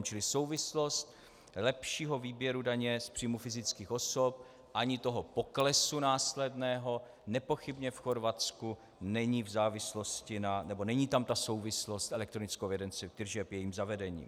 Čili souvislost lepšího výběru daně z příjmu fyzických osob ani toho poklesu následného nepochybně v Chorvatsku není v závislosti na..., nebo není tam ta souvislost s elektronickou evidencí tržeb, jejím zavedením.